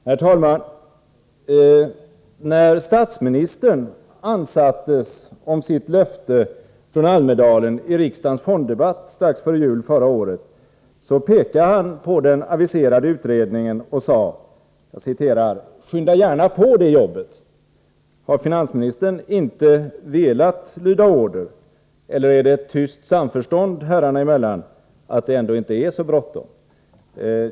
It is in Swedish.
Herr talman! När statsministern ansattes i riksdagens fonddebatt strax före jul förra året på grund av sitt löfte från Almedalen, pekade han på den aviserade utredningen och sade: Skynda gärna på det jobbet! Har finansministern inte velat lyda order, eller är det herrarna emellan ett tyst samförstånd om att det ändå inte är så bråttom?